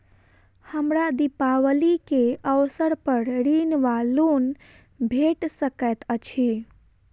हमरा दिपावली केँ अवसर पर ऋण वा लोन भेट सकैत अछि?